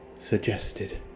suggested